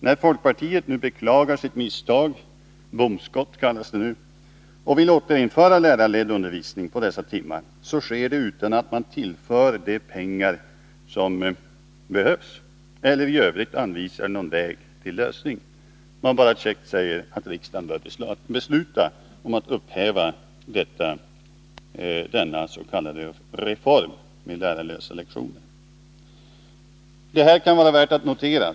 När folkpartiet nu beklagar sitt misstag — bomskott kallas det nu — och vill återinföra lärarledd undervisning på dessa timmar, sker det utan att man tillför de pengar som behövs eller i övrigt anvisar någon väg till lösning. Folkpartiet säger bara käckt att riksdagen bör upphäva beslutet om denna s.k. reform. Det kan vara värt att notera.